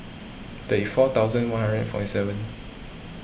thirty four thousand one hundred and forty seven